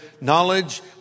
knowledge